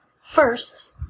First